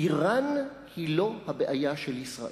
אירן היא לא הבעיה של ישראל,